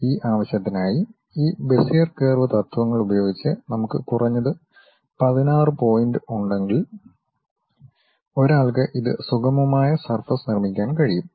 ഈ ആവശ്യത്തിനായി ഈ ബെസിയർ കർവ് തത്ത്വങ്ങൾ ഉപയോഗിച്ച് നമുക്ക് കുറഞ്ഞത് 16 പോയിന്റുകൾ ഉണ്ടെങ്കിൽ ഒരാൾക്ക് ഇത് സുഗമമായ സർഫസ് നിർമ്മിക്കാൻ കഴിയും